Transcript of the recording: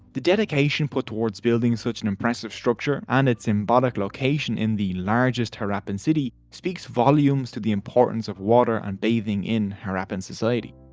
the dedication put towards building such an impressive structure and it's symbolic location in the largest harappan city speaks volumes to the importance of water and bathing in harappan society.